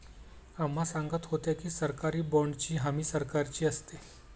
अम्मा सांगत होत्या की, सरकारी बाँडची हमी सरकारची असते